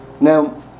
Now